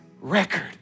record